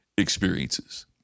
experiences